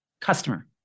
customer